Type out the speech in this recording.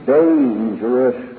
dangerous